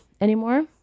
anymore